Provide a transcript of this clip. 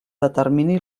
determini